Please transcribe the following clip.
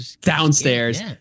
downstairs